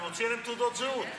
אני מוציא להם תעודות זהות.